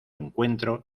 encuentro